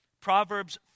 Proverbs